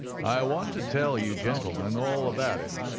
i want to tell you gentlemen all about it.